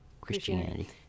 christianity